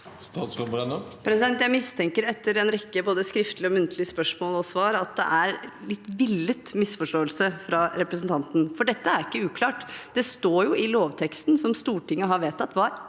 Jeg mistenker, etter en rekke både skriftlige og muntlige spørsmål og svar, at det er en litt villet misforståelse fra representanten, for dette er ikke uklart. Det står jo i lovteksten som Stortinget har vedtatt,